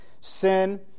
Sin